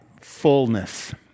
fullness